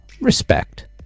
respect